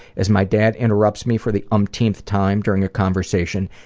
as my dad interrupts me for the umpteenth time during a conversation,